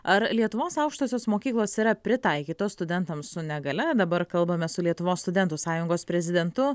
ar lietuvos aukštosios mokyklos yra pritaikytos studentams su negalia dabar kalbame su lietuvos studentų sąjungos prezidentu